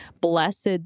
blessed